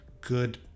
good